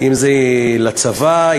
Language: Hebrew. אם הצבא,